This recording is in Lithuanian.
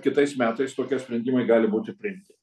kitais metais tokie sprendimai gali būti priimti